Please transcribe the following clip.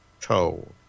told